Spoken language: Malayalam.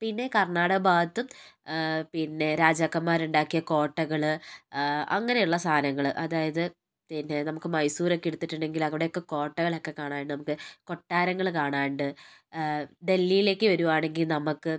പിന്നെ കർണാടക ഭാഗത്തും പിന്നെ രാജാക്കൻമാർ ഉണ്ടാക്കിയ കോട്ടകൾ അങ്ങനെ ഉള്ള സാധനങ്ങൾ അതായത് പിന്നെ നമുക്ക് മൈസൂരൊക്കെ എടുത്തിട്ടുണ്ടെങ്കിൽ അവിടെയൊക്കെ കോട്ടകൾ ഒക്കെ കാണാനുണ്ട് കൊട്ടാരങ്ങൾ കാണാനുണ്ട് ഡെല്ലിയിലേക്ക് വരുവാണെങ്കിൽ നമുക്ക്